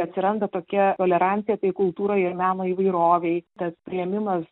atsiranda tokia tolerancija tai kultūrai ir meno įvairovei tas priėmimas